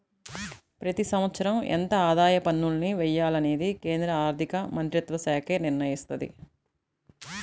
ప్రతి సంవత్సరం ఎంత ఆదాయ పన్నుల్ని వెయ్యాలనేది కేంద్ర ఆర్ధికమంత్రిత్వశాఖే నిర్ణయిత్తది